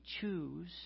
choose